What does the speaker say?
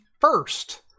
first